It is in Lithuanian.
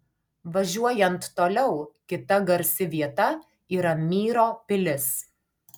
važiuojant toliau kita garsi vieta yra myro pilis